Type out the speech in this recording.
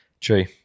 true